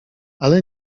ale